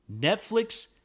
Netflix